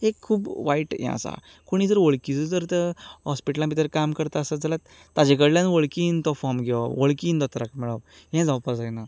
ही एक खूब वायट हें आसा कोणूय जर वळखिचो आसा तर हॉस्पिटलांत भितर काम करता आसत जाल्यार तांचे कडल्यान वळखीन तो फोर्म घेवप वळखीन दोतोराक मेळप हें जावपाक जायना